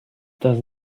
does